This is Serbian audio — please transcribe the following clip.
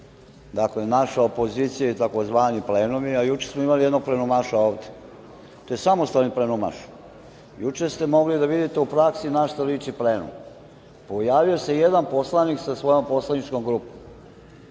dakle naša opozicija i tzv. plenumi, a juče smo imali jednog plenumaša ovde, to je samostalni plenumaš, juče ste mogli da vidite u praksi na šta liči plenum, i pojavio se jedan poslanik sa svojom poslaničkom grupom